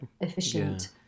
efficient